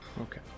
Okay